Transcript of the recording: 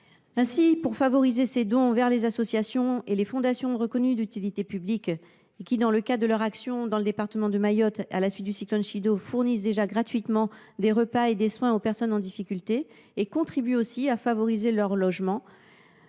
Aussi, pour favoriser les dons aux associations et aux fondations reconnues d’utilité publique qui, dans le cadre de leur action dans le département de Mayotte, à la suite du Cyclone Chido, fournissent déjà gratuitement des repas et des soins aux personnes en difficulté et contribuent à favoriser leur relogement,